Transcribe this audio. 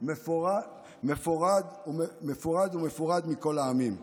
מפרז ומפרד בין העמים".